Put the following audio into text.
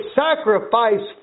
sacrifice